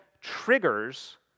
triggers